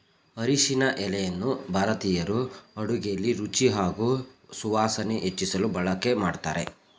ಅರಿಶಿನ ಎಲೆಯನ್ನು ಭಾರತೀಯರು ಅಡುಗೆಲಿ ರುಚಿ ಹಾಗೂ ಸುವಾಸನೆ ಹೆಚ್ಚಿಸಲು ಬಳಕೆ ಮಾಡ್ತಾರೆ